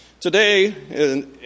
Today